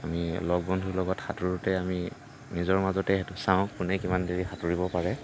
আমি লগ বন্ধুৰ লগত সাঁতোৰোঁতে আমি নিজৰ মাজতে সেইটো চাওঁ কোনে কিমান দেৰি সাঁতুৰিব পাৰে